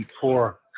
poor